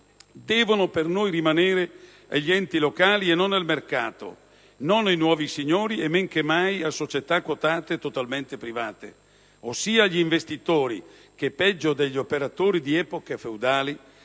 devono rimanere agli enti locali e non al mercato, a nuovi signori, e men che mai a società quotate totalmente private, ossia agli investitori, che, peggio degli operatori di epoca feudale,